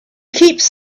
keeps